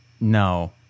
No